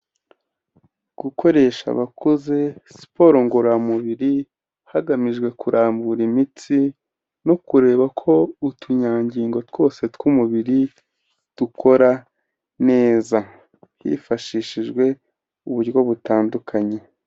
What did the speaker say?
Gukoresha abakuze siporo ngororamubiri hagamijwe kurambura imitsi no kureba ko utunyangingo twose tw'umubiri dukora neza, hifashishijwe uburyo butandukanye.